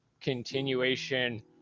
continuation